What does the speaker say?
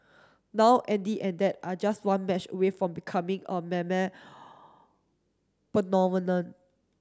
now Andy and dad are just one match away from becoming a phenomenon